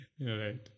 Right